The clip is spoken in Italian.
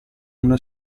una